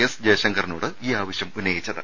S ജയശങ്കറിനോട് ഈ ആവശ്യം ഉന്നയിച്ചത്